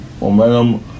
momentum